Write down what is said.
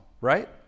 right